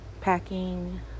packing